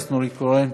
קורן,